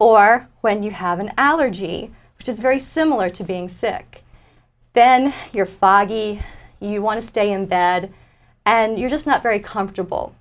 or when you have an allergy which is very similar to being sick then you're foggy you want to stay in bed and you're just not very comfortable